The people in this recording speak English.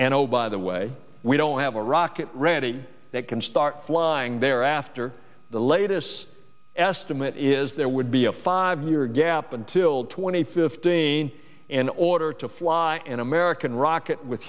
and oh by the way we don't have a rocket ready that can start flying there after the latest estimate is there would be a five year gap until twenty fifteen in order to fly an american rocket with